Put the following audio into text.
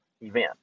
event